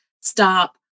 stop